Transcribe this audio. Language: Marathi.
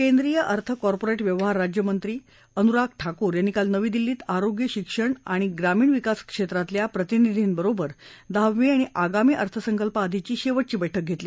केंद्रीय अर्थ आणि कॉर्पोरेट व्यवहार राज्यमंत्री अनुराग ठाकूर यांनी काल नवी दिल्लीत आरोग्य शिक्षण आणि ग्रामीण विकास क्षेत्रातल्या प्रतिनिधींबरोबर दहावी आणि आगामी अर्थसंकल्पाआधीची शेवटची बैठक घेतली